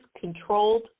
controlled